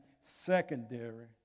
secondary